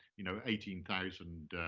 you know, eighteen thousand